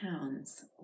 pounds